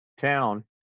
town